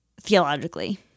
theologically